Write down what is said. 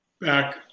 back